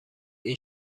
این